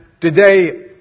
today